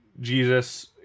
Jesus